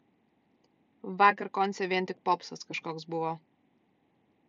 vakar konce vien tik popsas kažkoks buvo